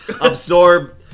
absorb